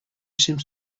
seems